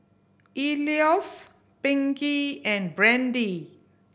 Elois Pinkey and Brandi